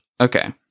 Okay